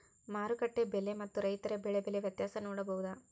ಮಾರುಕಟ್ಟೆ ಬೆಲೆ ಮತ್ತು ರೈತರ ಬೆಳೆ ಬೆಲೆ ವ್ಯತ್ಯಾಸ ನೋಡಬಹುದಾ?